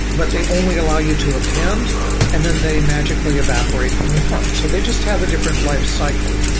but they only allow you to append and then they magically evaporate from the front. so they just have a different life cycle,